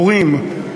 ההורים,